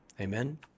Amen